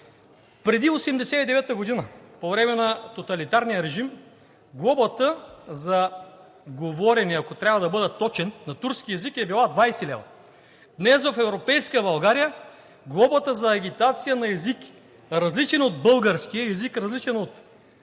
преди 1989 г., по време на тоталитарния режим, глобата за говорене, ако трябва да бъда точен, на турски език е била 20 лв. Днес в европейска България глобата за агитация на език, различен от българския – език, различен от официалния,